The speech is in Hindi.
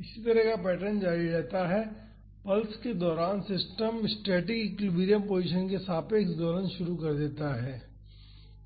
इसी तरह का पैटर्न जारी रहता है पल्स के दौरान सिस्टम स्टैटिक एक्विलिब्रियम पोजीशन के सापेक्ष दोलन करता है